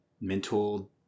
mental